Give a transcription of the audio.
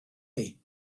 chi